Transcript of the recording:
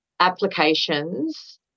applications